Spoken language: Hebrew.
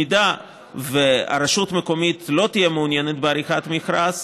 אם הרשות המקומית לא תהיה מעוניינת בעריכת מכרז,